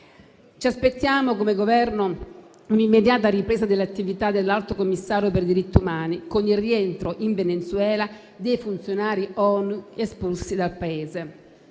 Ci aspettiamo, come Governo, un'immediata ripresa delle attività dell'Alto commissario per i diritti umani, con il rientro in Venezuela dei funzionari ONU espulsi dal Paese.